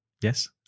yes